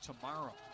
tomorrow